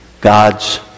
God's